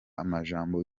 amajambo